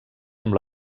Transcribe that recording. amb